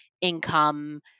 income